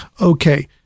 Okay